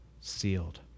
sealed